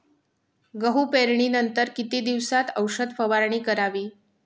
गहू पेरणीनंतर किती दिवसात औषध फवारणी करावी?